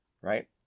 Right